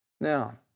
Now